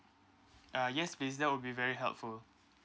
uh yes please that will be very helpful